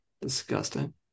Disgusting